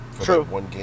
True